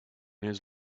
his